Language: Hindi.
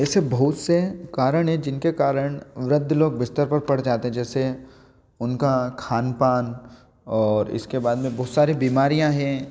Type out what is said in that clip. ऐसे बहुत से कारण हैं जिनके कारण वृद्ध लोग बिस्तर पर पड़ जाते हैं जैसे उनका खान पान और इसके बाद में बहुत सारी बीमारियाँ हैं